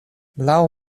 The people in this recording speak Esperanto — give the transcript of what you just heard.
laŭ